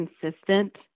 consistent